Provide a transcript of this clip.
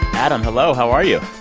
adam, hello. how are you?